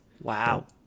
Wow